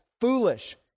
foolish